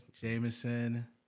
Jameson